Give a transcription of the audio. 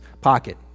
pocket